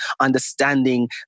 understanding